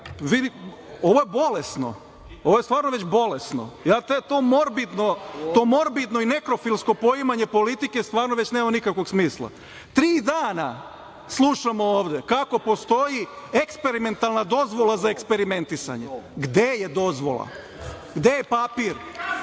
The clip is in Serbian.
Ovo je bolesno, ovo je stvarno već bolesno. Ja to morbidno i nekrofilsko poimanje politike stvarno već nema nikakvog smisla. Tri dana slušamo ovde kako postoji eksperimentalna dozvola za eksperimentisanje, gde je dozvola? Gde je papir?